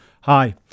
Hi